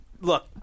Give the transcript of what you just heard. Look